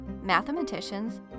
mathematicians